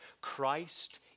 Christ